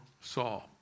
Saul